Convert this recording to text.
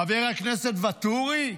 חבר הכנסת ואטורי: